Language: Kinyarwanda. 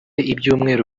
ibyumweru